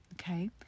okay